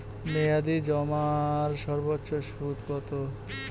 মেয়াদি জমার সর্বোচ্চ সুদ কতো?